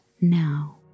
now